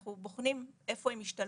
אנחנו בוחנים איפה הם ישתלבו,